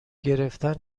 گرفتن